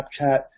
Snapchat